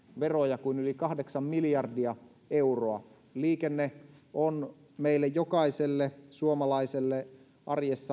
veroja kuin yli kahdeksan miljardia euroa ja liikenne on meille jokaiselle suomalaiselle arjessa